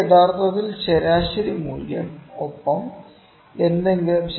ഇത് യഥാർത്ഥത്തിൽ ശരാശരി മൂല്യം ഒപ്പം എന്തെങ്കിലും